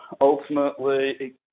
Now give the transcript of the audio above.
ultimately